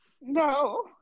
No